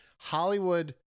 Hollywood